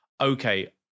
okay